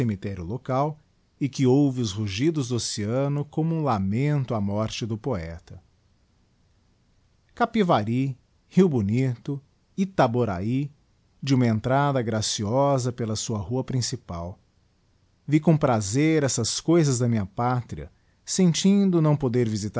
local e que ouve os rugidos do oceano como um lamento á morte do poeta capivary rio bonito itaborahy de uma entrada graciosa pela sua rua principal vi com prazer essas cousas da minha j atria sentindo não poder